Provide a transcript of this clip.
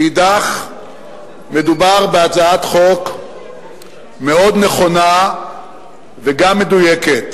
מאידך, מדובר בהצעת חוק מאוד נכונה וגם מדויקת,